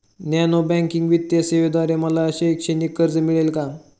Non banking वित्तीय सेवेद्वारे मला शैक्षणिक कर्ज मिळेल का?